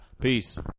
Peace